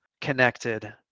connected